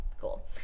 cool